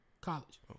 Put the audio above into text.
College